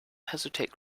hesitate